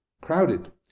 crowded